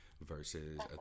Versus